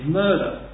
murder